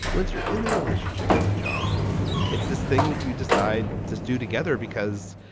once you're in the relationship, it's a job it's this thing that you decide to do together because